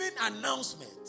announcement